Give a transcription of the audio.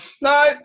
No